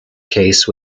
case